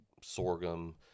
sorghum